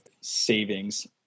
savings